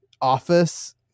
office